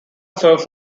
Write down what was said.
serves